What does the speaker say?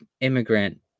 immigrant